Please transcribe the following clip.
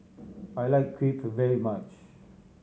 I like Crepe very much